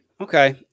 Okay